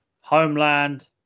homeland